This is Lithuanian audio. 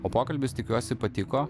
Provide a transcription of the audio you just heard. o pokalbis tikiuosi patiko